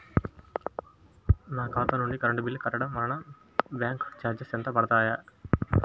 నా ఖాతా నుండి కరెంట్ బిల్ కట్టడం వలన బ్యాంకు చార్జెస్ ఎంత పడతాయా?